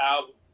album